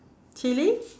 chilli